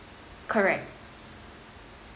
correct